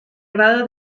grado